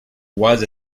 was